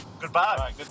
Goodbye